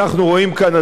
אדוני היושב-ראש,